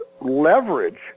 leverage